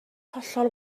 hollol